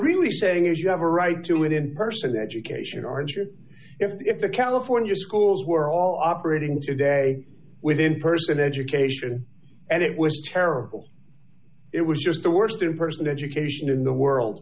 really saying is you have a right to it in person education if the california schools were all operating today within person education and it was terrible it was just the worst person education in the world